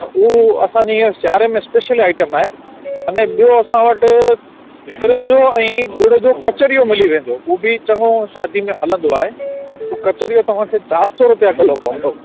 त हू असांजी हींअर सियारे में स्पेशल आइटम आहे अने ॿियो असां वटि तिर जो ऐं ॻुड़ जो कचरियूं मिली वेंदो हूअ बि चङो शादी में हलंदो आहे हू कचरियूं तव्हांखे चारि सौ रुपिया किलो पवंदो